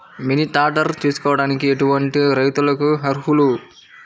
Mini tractor తీసుకోవడానికి ఎటువంటి రైతులకి అర్హులు?